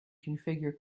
configure